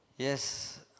Yes